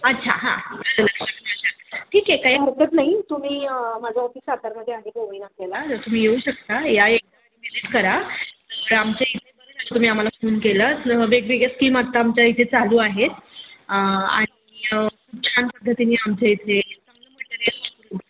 अच्छा हां ठीक आहे काही हरकत नाही तुम्ही माझं ऑफिस सातारमध्ये आहे पोवई नाक्याला तर तुम्ही येऊ शकता या एकदा आणि विजिट करा तर आमच्या इथे बरं झालं तुम्ही आम्हाला फोन केला वेगवेगळ्या स्कीम आता आमच्या इथे चालू आहेत आणि खूप छान पद्धतीने आमच्या इथे चांगलं मटेरियल वापरून